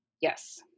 yes